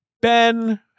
Ben